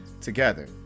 together